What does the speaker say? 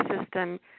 system